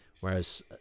whereas